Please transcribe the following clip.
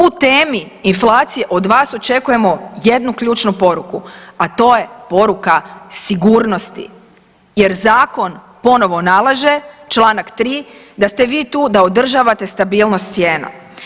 U temi inflacije od vas očekujemo jednu ključnu poruku, a to je poruka sigurnosti jer zakon ponovo nalaže čl. 3. da ste vi tu da održavate stabilnost cijena.